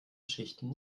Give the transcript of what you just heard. schichten